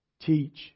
teach